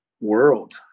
world